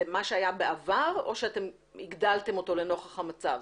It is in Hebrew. זה מה שהיה בעבר או שאתם הגדלתם אותו לנוכח המצב?